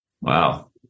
Wow